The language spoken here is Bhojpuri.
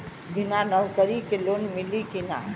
बिना नौकरी के लोन मिली कि ना?